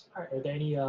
are there any